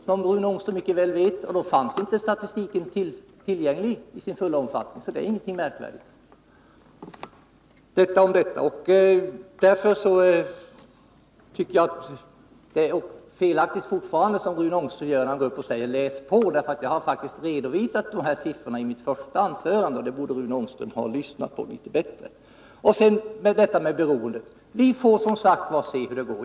Som Rune Ångström väl vet, fanns det då ingen statistik tillgänglig i full omfattning, så det är ingenting märkvärdigt. Därför tycker jag fortfarande att det är felaktigt när Rune Ångström uppmanar mig att läsa på. Jag har faktiskt redovisat de nya siffrorna i mitt första anförande, och det borde Rune Ångström ha lyssnat på litet bättre. Sedan detta med beroende. Vi får som sagt se hur det går.